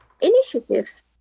initiatives